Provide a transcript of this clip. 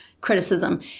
criticism